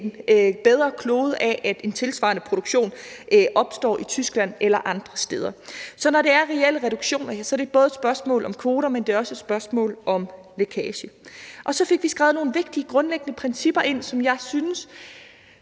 bedre klode af, at en tilsvarende produktion opstår i Tyskland eller andre steder. Så når det er reelle reduktioner, er det både et spørgsmål om kvoter, men det er også et spørgsmål om lækage. Så fik vi skrevet nogle vigtige grundlæggende principper ind, som jeg synes